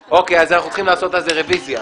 אנחנו צריכים לעשות על זה רביזיה.